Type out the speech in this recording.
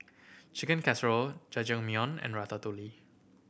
Chicken Casserole Jajangmyeon and Ratatouille